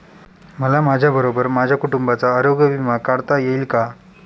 मला माझ्याबरोबर माझ्या कुटुंबाचा आरोग्य विमा काढता येईल का?